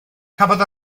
cafodd